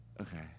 okay